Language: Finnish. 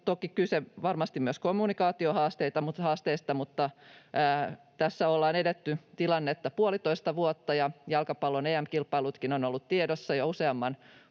toki kyse varmasti myös kommunikaatiohaasteista. Mutta tässä ollaan eletty tätä tilannetta puolitoista vuotta, ja jalkapallon EM-kilpailutkin ovat olleet tiedossa jo useamman